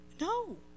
No